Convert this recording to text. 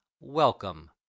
welcome